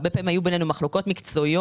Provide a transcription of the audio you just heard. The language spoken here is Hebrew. הרבה פעמים היו בינינו מחלוקות מקצועיות,